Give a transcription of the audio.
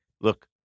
look